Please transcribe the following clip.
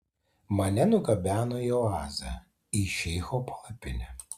mane nugabeno į oazę į šeicho palapinę